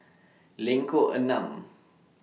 Lengkok Enam